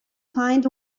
find